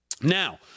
Now